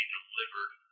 delivered